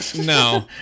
No